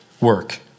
work